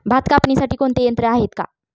भात कापणीसाठी कोणते यंत्र आहेत का?